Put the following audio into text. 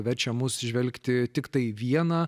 verčia mus žvelgti tiktai viena